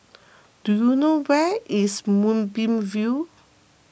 do you know where is Moonbeam View